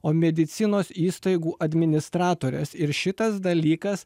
o medicinos įstaigų administratores ir šitas dalykas